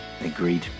Agreed